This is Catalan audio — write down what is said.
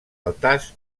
altars